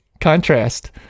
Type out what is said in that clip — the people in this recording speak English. contrast